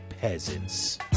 peasants